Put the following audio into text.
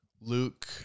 Luke